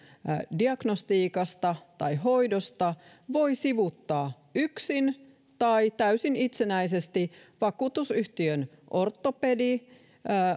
diagnostiikasta tai hoidosta voi sivuuttaa yksin tai täysin itsenäisesti vakuutusyhtiön ortopedi